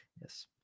Yes